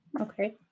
Okay